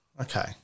Okay